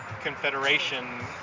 Confederation